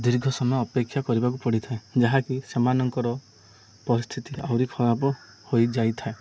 ଦୀର୍ଘ ସମୟ ଅପେକ୍ଷା କରିବାକୁ ପଡ଼ିଥାଏ ଯାହାକି ସେମାନଙ୍କର ପରିସ୍ଥିତି ଆହୁରି ଖରାପ ହୋଇଯାଇଥାଏ